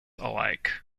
alike